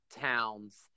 towns